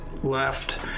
Left